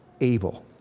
able